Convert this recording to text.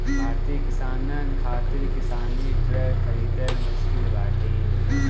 भारतीय किसानन खातिर किसानी ट्रक खरिदल मुश्किल बाटे